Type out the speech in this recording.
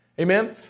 Amen